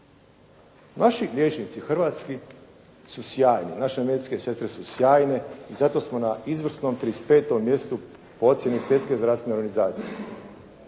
Vaši liječnici hrvatski su sjajni. Naše medicinske sestre su sjajne i zato smo na izvrsnom 35 mjestu po ocjeni Svjetske zdravstvene organizacije.